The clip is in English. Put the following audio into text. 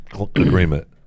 agreement